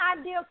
ideal